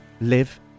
live